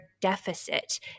deficit